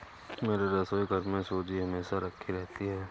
मेरे रसोईघर में सूजी हमेशा राखी रहती है